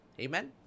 amen